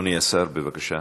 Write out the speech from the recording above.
אדוני השר, בבקשה.